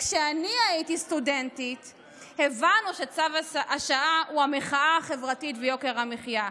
כשאני הייתי סטודנטית הבנו שצו השעה הוא המחאה החברתית ויוקר המחיה.